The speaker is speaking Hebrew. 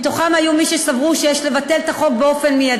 מתוכם היו מי שסברו שיש לבטל את החוק מייד,